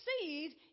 seed